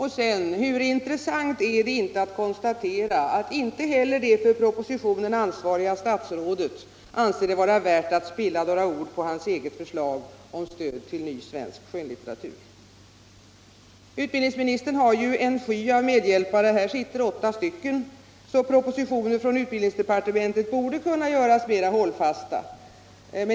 Hur intressant är det inte att konstatera att inte heller det för propositionen ansvariga statsrådet anser det vara värt att spilla några ord på sitt eget förslag om stöd till ny svensk skönlitteratur! Utbildningsministern har ju en hel sky av medhjälpare — här sitter åtta stycken — så propositioner från utbildningsdepartementet borde kunna göras mera hållfasta.